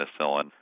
penicillin